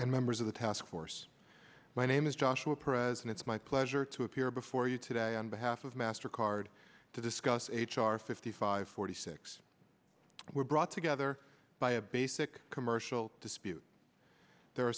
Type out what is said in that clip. and members of the task force my name is joshua present it's my pleasure to appear before you today on behalf of master card to discuss h r fifty five forty six were brought together by a basic commercial dispute there are